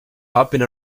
hopping